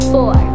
Four